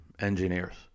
engineers